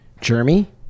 Jeremy